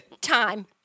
time